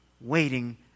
waiting